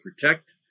protect